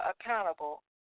accountable